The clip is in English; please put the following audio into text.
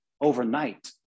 overnight